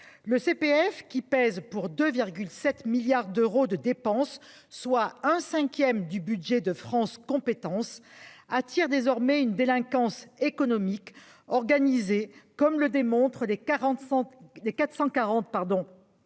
Le CPF qui pèse pour 2 7 milliards d'euros de dépenses, soit un 5ème du budget de France compétences attire désormais une délinquance économique organisé comme le démontrent des 45 des